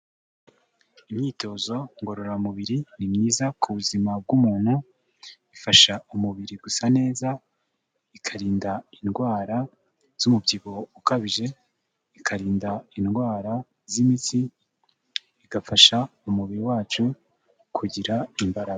Imyitozo ngororamubiri ni myiza ku buzima bw'umuntu, ifasha umubiri gusa neza, ikarinda indwara z'umubyibuho ukabije, ikarinda indwara z'imitsi, igafasha umubiri wacu kugira imbaraga.